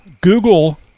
Google